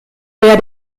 wer